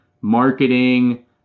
marketing